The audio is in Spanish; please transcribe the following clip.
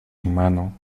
humano